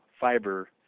fiber